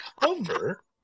cover